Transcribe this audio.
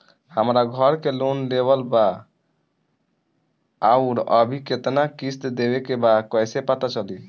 हमरा घर के लोन लेवल बा आउर अभी केतना किश्त देवे के बा कैसे पता चली?